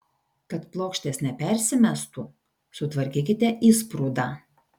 kad plokštės nepersimestų sutvarkykite įsprūdą